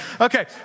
Okay